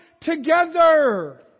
together